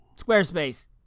Squarespace